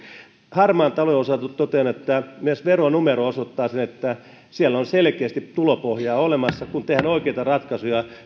harmaan talouden osalta totean että myös veronumero osoittaa sen että siellä on selkeästi tulopohjaa olemassa kun tehdään oikeita ratkaisuja